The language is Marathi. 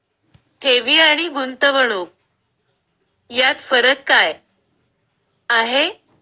ठेवी आणि गुंतवणूक यात फरक काय आहे?